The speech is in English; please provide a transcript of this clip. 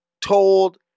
told